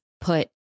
put